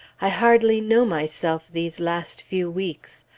i hardly know myself these last few weeks.